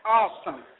awesome